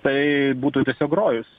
tai būtų tiesiog rojus